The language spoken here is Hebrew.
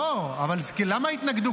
לא, למה התנגדו?